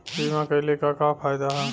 बीमा कइले का का फायदा ह?